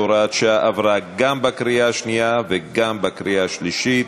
הוראת שעה) עברה גם בקריאה השנייה וגם בקריאה השלישית.